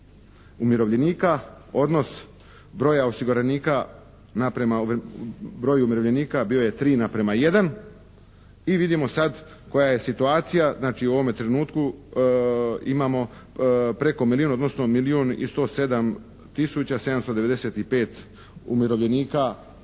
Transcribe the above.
umirovljenika, odnos broja osiguranika naprema borju umirovljenika bio je 3:1. I vidimo sad koja je situacija, znači u ovome trenutku imamo preko milijun, odnosno milijun i 107 tisuća 795 umirovljenika